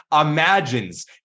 imagines